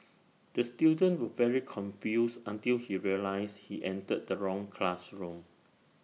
the student was very confused until he realised he entered the wrong classroom